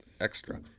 extra